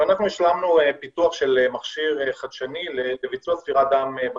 אנחנו השלמנו פיתוח של מכשיר חדשני לביצוע ספירת דם בקהילה.